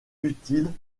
utiles